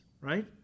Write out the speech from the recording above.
right